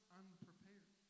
unprepared